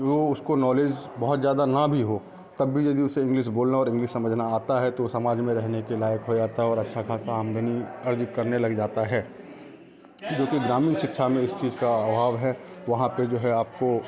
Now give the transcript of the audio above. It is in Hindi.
वह उसको नॉलेज़ बहुत ज़्यादा न भी हो तब भी यदि उसे इंग्लिश बोलना और इंग्लिश समझना आता है तो वह समाज में रहने के लायक हो जाता है और अच्छा ख़ासा आमदनी अर्जित करने लग जाता है जो कि ग्रामीण शिक्षा में इस चीज़ का अभाव है वहाँ पर जो है आपको